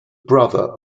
brother